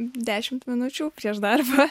dešimt minučių prieš darbą